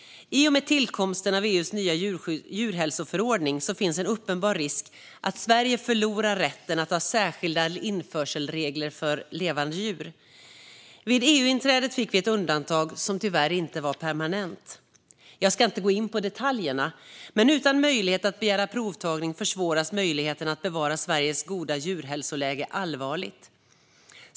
I och med tillkomsten av EU:s nya djurhälsoförordning finns det en uppenbar risk att Sverige förlorar rätten att ha särskilda införselregler för levande djur. Vid EU-inträdet fick vi ett undantag som tyvärr inte var permanent. Jag ska inte gå in på detaljerna, men utan möjlighet att begära provtagning försvåras allvarligt möjligheterna att bevara Sveriges goda djurhälsoläge.